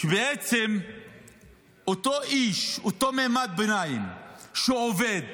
בעצם אותו איש, אותו מעמד ביניים שעובד